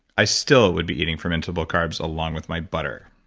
i still would be eating fermentable carbs along with my butter